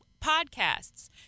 podcasts